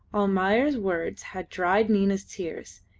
almayer's words had dried nina's tears,